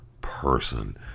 person